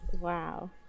wow